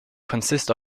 consist